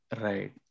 Right